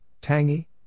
tangy